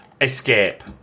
Escape